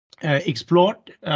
explored